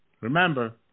Remember